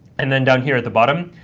and then down here at the bottom,